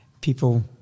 people